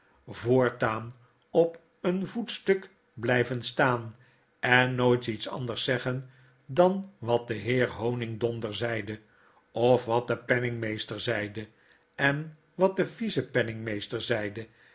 voortaan op een voetstuk blijven staan en nooit iets anders zeggen dan wat de heer honigdonder zeide of wat de penningmeester zeide en wat de vice penningmeester zeide